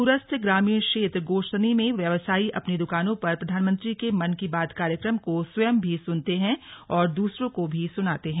दूरस्थ ग्रामीण क्षेत्र गोशनी में व्यवसायी अपनी दुकानों पर प्रधानमंत्री के मन की बात कार्यक्रम को स्वयं भी सुनते हैं और दूसरों को भी सुनाते हैं